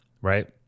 right